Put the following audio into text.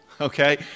Okay